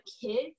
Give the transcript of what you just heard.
kids